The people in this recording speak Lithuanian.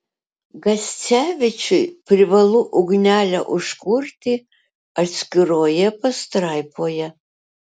gascevičiui privalu ugnelę užkurti atskiroje pastraipoje